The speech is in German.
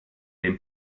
dem